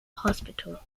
hospital